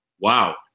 Wow